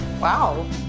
Wow